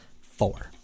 four